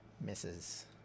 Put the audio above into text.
misses